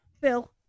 Phil